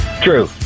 true